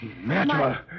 matter